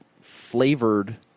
flavored